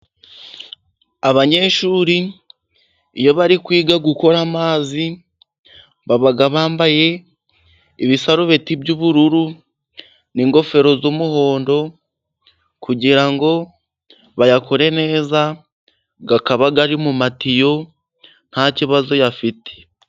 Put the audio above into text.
Abanyeshuri iyo bari kwiga gukora amazi baba bambaye, ibisarubeti by'ubururu n'ingofero z'umuhondo kugirango ngo bayakore neza, akaba ari mu matiyo ntakibazo afite.